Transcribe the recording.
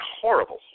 horrible